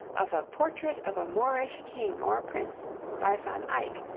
of a portrait of a moorish king or prince by van eyck,